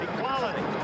Equality